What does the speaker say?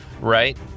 right